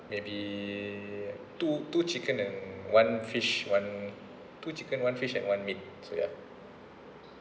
maybe two two chicken and one fish one two chicken one fish and one meat